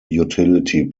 utility